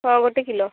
ହଁ ଗୋଟେ କିଲୋ